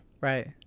Right